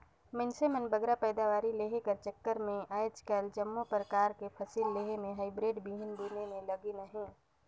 मइनसे मन बगरा पएदावारी लेहे कर चक्कर में आएज काएल जम्मो परकार कर फसिल लेहे में हाईब्रिड बीहन बुने में लगिन अहें